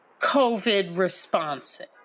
COVID-responsive